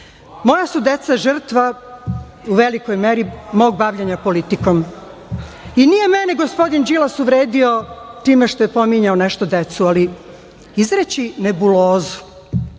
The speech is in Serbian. Moja su deca žrtva u velikoj meri mog bavljenja politikom i nije mene gospodin Đilas uvredio time što je pominjao nešto decu, ali izreći nebulozu